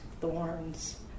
thorns